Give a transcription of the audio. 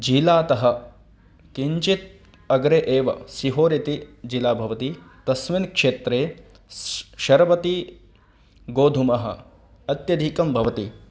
जिलातः किञ्चित् अग्रे एव स्युहोर् इति जिला भवति तस्मिन् क्षेत्रे स् शरबती गोधूमः अत्यधिकं भवति